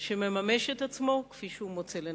שמממש את עצמו כפי שהוא מוצא לנכון.